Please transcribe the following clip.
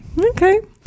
Okay